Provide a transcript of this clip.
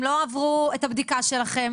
לא כוננים והם לא עברו את הבדיקה שלכם,